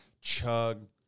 chug